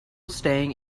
staying